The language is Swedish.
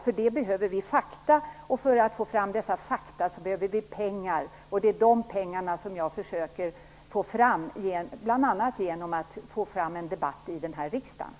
För det behöver vi fakta, och för att få fram dessa fakta behöver vi pengar, och det är de pengarna som jag försöker få fram, bl.a. genom en debatt här i riksdagen.